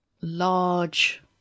large